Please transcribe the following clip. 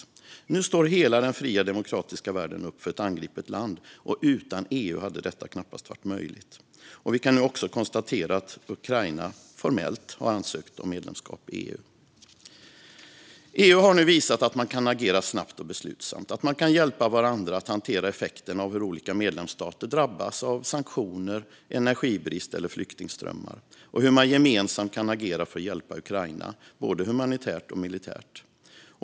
Men nu står hela den fria, demokratiska världen upp för ett angripet land, och utan EU hade detta knappast varit möjligt. Vi kan nu också konstatera att Ukraina formellt har ansökt om medlemskap i EU. EU har nu visat att man kan agera snabbt och beslutsamt, att man kan hjälpa varandra att hantera effekterna av hur olika medlemsstater drabbas av sanktioner, energibrist eller flyktingströmmar och att man kan agera gemensamt för att hjälpa Ukraina både humanitärt och militärt.